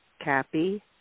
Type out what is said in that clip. cappy